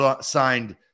signed